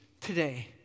today